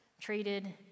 treated